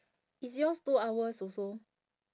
is yours two hours also